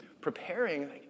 preparing